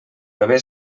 bebè